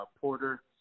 Porter